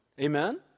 Amen